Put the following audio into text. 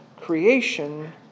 creation